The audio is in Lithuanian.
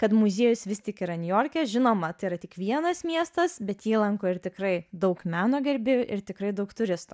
kad muziejus vis tik yra niujorke žinoma tai yra tik vienas miestas bet jį lanko ir tikrai daug meno gerbėjų ir tikrai daug turistų